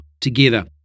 together